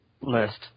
list